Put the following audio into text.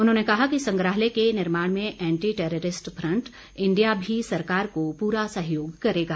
उन्होंने कहा कि संग्रहालय के निर्माण में एंटी टैरेरिस्ट फ्रंट इंडिया भी सरकार को पूरा सहयोग करेगा